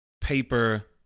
paper